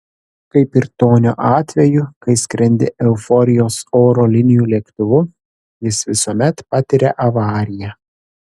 kaip ir tonio atveju kai skrendi euforijos oro linijų lėktuvu jis visuomet patiria avariją